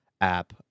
app